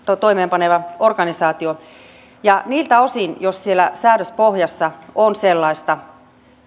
toimeenpaneva organisaatio niiltä osin jos siellä säädöspohjassa on sellaista